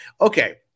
okay